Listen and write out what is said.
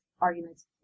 arguments